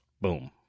boom